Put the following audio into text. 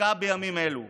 דווקא בימים אלו,